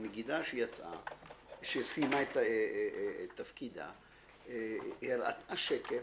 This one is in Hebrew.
הנגידה, שסיימה את תפקידה, הראתה שקף,